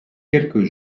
quelques